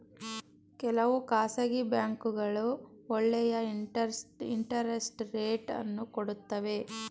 ಕೆಲವು ಖಾಸಗಿ ಬ್ಯಾಂಕ್ಗಳು ಒಳ್ಳೆಯ ಇಂಟರೆಸ್ಟ್ ರೇಟ್ ಅನ್ನು ಕೊಡುತ್ತವೆ